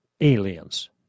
Aliens